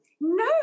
no